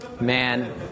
Man